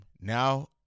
Now